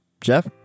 Jeff